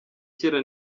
kera